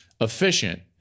efficient